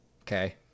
Okay